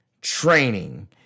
training